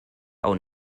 auch